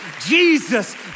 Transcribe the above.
Jesus